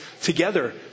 together